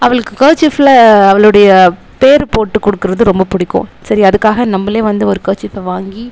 அவளுக்கு கர்ச்சீஃப்பில் அவளுடைய பேயரு போட்டு கொடுக்குறது ரொம்ப பிடிக்கும் சரி அதுக்காக நம்மளே வந்து ஒரு கர்ச்சீஃப்பை வாங்கி